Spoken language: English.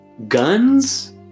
Guns